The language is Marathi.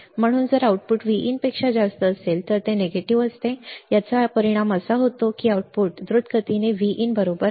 म्हणून जर आउटपुट Vin पेक्षा जास्त असेल तर ते नकारात्मक करते त्याचा परिणाम असा होतो की आउटपुट द्रुतगतीने Vin आहे बरोबर